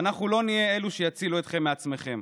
ואנחנו לא נהיה אלו שיצילו אתכם מעצמכם.